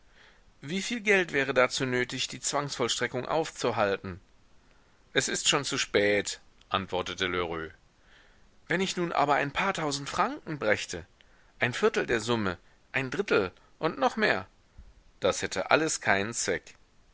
wieviel geld wäre dazu nötig die zwangsvollstreckung aufzuhalten es ist schon zu spät antwortete lheureux wenn ich nun aber ein paar tausend franken brächte ein viertel der summe ein drittel und noch mehr das hätte alles keinen zweck